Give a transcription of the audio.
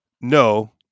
no